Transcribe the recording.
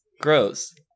Gross